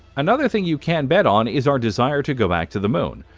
another thing you can bet on is our desire to go back to the moon,